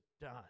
done